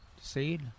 Seed